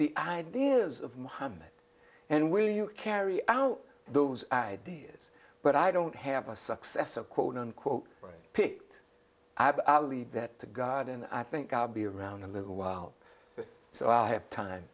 the ideas of mohammed and will you carry out those ideas but i don't have a successor quote unquote picked i'll leave that to god and i think i'll be around a little while so i have time